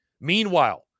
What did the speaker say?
meanwhile